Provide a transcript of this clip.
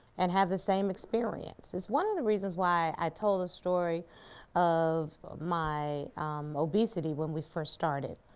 and have the same experience. it's one of the reasons why i told a story of my obesity when we first started,